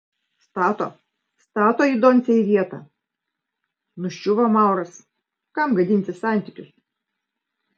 stato stato jį doncė į vietą nuščiuvo mauras kam gadinti santykius